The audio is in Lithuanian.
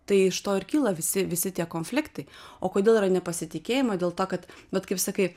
tai iš to ir kyla visi visi tie konfliktai o kodėl yra nepasitikėjimo dėl to kad vat kaip sakai